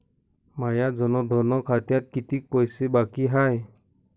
माया जनधन खात्यात कितीक पैसे बाकी हाय?